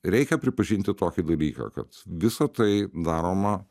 reikia pripažinti tokį dalyką kad visa tai daroma